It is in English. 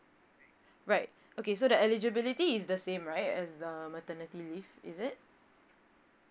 right okay so that eligibility is the same right as the maternity leave is it